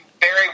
Barry